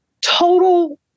total